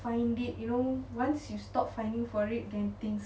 find it you know once you stop finding for it then things